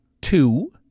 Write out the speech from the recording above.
two